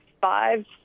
five